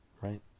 right